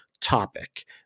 topic